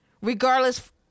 Regardless